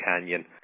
canyon